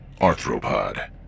arthropod